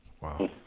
Wow